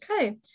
Okay